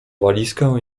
walizkę